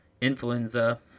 influenza